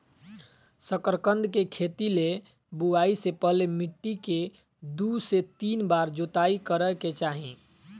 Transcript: शकरकंद के खेती ले बुआई से पहले मिट्टी के दू से तीन बार जोताई करय के चाही